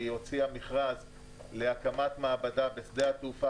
היא הוציאה מכרז להקמת מעבדה בשדה התעופה